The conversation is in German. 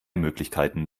möglichkeiten